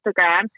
Instagram